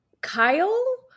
Kyle